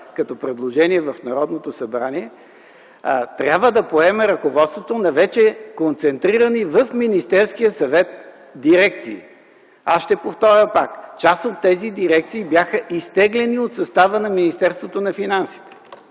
като предложение в Народното събрание, трябва да поеме ръководството на вече концентрирани в Министерския съвет дирекции. Ще повторя пак: част от тези дирекции бяха изтеглени от състава на Министерството на финансите.